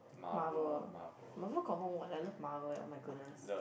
Marvel ah Marvel confirm watch I love Marvel [oh]-my-goodness